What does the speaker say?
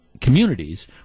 communities